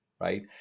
right